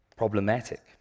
Problematic